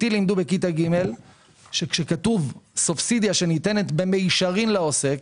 אותי לימדו בכיתה ג' שכשכתוב סובסידיה שניתנת במישרין לעוסק,